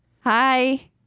Hi